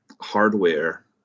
hardware